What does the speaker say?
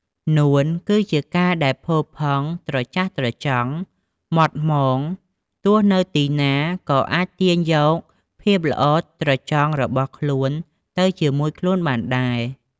នួន គឺជាការដែលផូរផង់ ត្រចះត្រចង់ ហ្មត់ហ្មង។ ទោះនៅទីណាក៏អាចទាញយកភាពល្អត្រចង់របស់ខ្លួនទៅជាមួយខ្លួនបានដែរ។